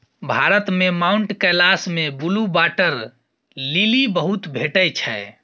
भारत मे माउंट कैलाश मे blue water lily बहुत भेटै छै